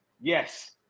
Yes